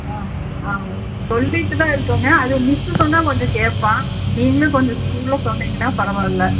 ஆ ஆ சொல்லிகிட்டுதான் இருக்கோங்க அது மிஸ்ஸு சொன்னா கொஞ்சம் கேட்பான் நீங்களும் கொஞ்சம் ஸ்கூலில் சொன்னிங்கன்னா பரவா இல்ல